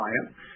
client